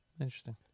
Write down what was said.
Interesting